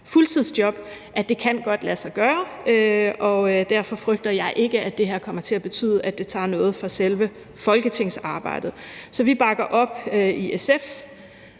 Det kan godt lade sig gøre, og derfor frygter jeg ikke, at det her kommer til at betyde, at det tager noget fra selve folketingsarbejdet. Så i SF bakker vi op,